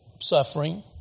suffering